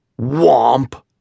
Womp